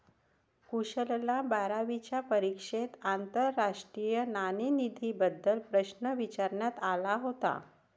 कुशलला बारावीच्या परीक्षेत आंतरराष्ट्रीय नाणेनिधीबद्दल प्रश्न विचारण्यात आला होता